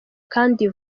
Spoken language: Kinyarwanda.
kandi